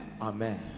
Amen